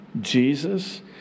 Jesus